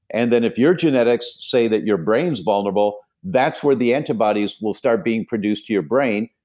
and then, if your genetics say that your brain's vulnerable, that's where the antibodies will start being produced to your brain,